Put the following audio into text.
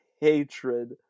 hatred